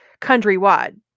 countrywide